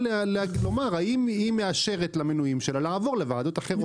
לומר האם היא מאשרת למינויים שלה לעבור לוועדות אחרות.